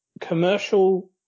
commercial